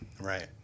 Right